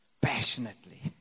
passionately